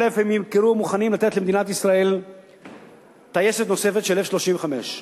הם ימכרו למדינת ישראל טייסת נוספת של F-35,